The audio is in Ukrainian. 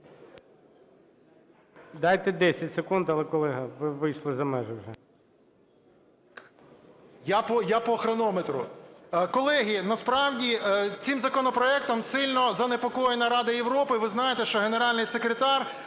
Дайте 10 секунд, але, колего, ви вийшли за межі вже. 13:17:35 ВЛАСЕНКО С.В. Я по хронометру. Колеги, насправді цим законопроектом сильно занепокоєна Рада Європи. Ви знаєте, що Генеральний секретар